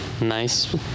nice